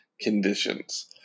conditions